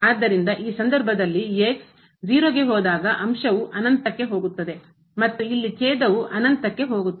ಆದ್ದರಿಂದ ಈ ಸಂದರ್ಭದಲ್ಲಿ 0 ಗೆ ಹೋದಾಗ ಅಂಶವು ಅನಂತಕ್ಕೆ ಹೋಗುತ್ತದೆ ಮತ್ತು ಇಲ್ಲಿ ಛೇದವು ಅನಂತಕ್ಕೆ ಹೋಗುತ್ತದೆ